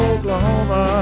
Oklahoma